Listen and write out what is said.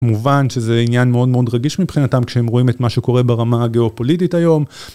מובן שזה עניין מאוד מאוד רגיש מבחינתם כשהם רואים את מה שקורה ברמה הגאופוליטית היום.